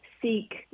seek